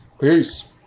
Peace